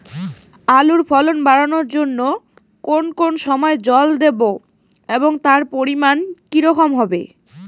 আলুর ফলন বাড়ানোর জন্য কোন কোন সময় জল দেব এবং তার পরিমান কি রকম হবে?